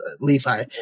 levi